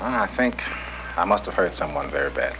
sir think i must have hurt someone very bad